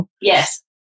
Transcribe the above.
Yes